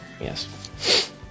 Yes